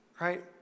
right